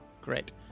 Great